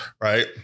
right